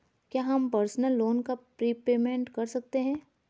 क्या हम personal loan का प्रीपेमेंट कर सकते हैं?